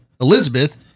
Elizabeth